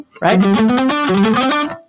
Right